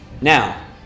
now